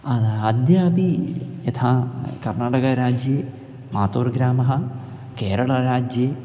आद अद्यापि यथा कर्णाटकराज्ये मातूरुग्रामः केरळराज्ये